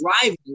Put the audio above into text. driving